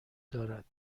دارد